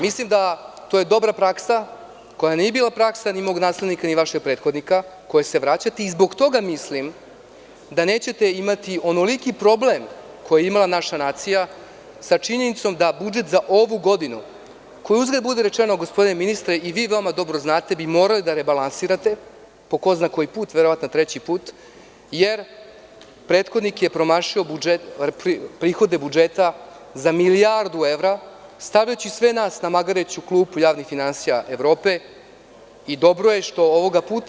Mislim da je to dobra praksa, koja nije bila praksa ni mog naslednika ni vašeg prethodnika, kojoj se vraćate, i zbog toga mislim da nećete imati onoliki problem koji je imala naša nacija sa činjenicom da budžet za ovu godinu, koji uzgred budi rečeno gospodine ministre i vi veoma dobro znate, bi morali da rebalansirate, po ko zna koji put, verovatno treći put, jer prethodnik je premašio prihode budžeta za milijardu evra stavljajući sve nas na magareću klupu javnih finansija Evrope.